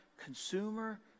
Consumer